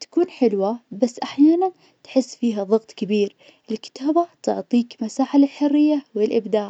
تكون حلوة, بس أحياناً تحس فيها ضغط كبير, الكتابة تعطيك مساحة للحرية والإبداع.